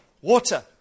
Water